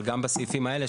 אבל גם בסעיפים האלה,